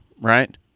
right